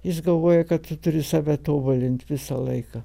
jis galvojo kad tu turi save tobulint visą laiką